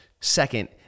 second